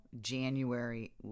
January